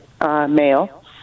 Male